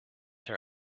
her